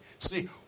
See